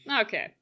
Okay